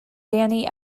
dani